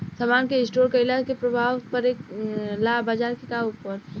समान के स्टोर काइला से का प्रभाव परे ला बाजार के ऊपर?